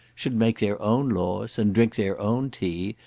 should make their own laws, and drink their own tea,